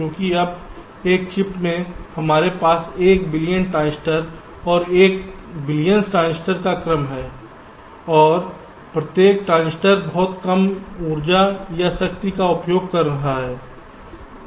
क्योंकि अब एक चिप में हमारे पास एक बिलियन ट्रांजिस्टर और बिलियंस ट्रांजिस्टर का क्रम है और प्रत्येक ट्रांजिस्टर बहुत कम ऊर्जा या शक्ति का उपभोग कर रहा है